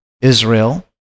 Israel